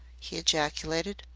he ejaculated.